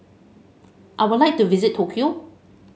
I would like to visit Tokyo